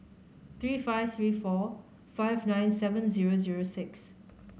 three five three four five nine seven zero zero six